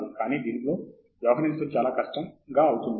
కానీ దానితో వ్యవహరించడం చాలా కష్టం అవుతుంది